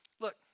look